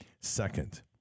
Second